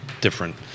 different